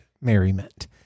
merriment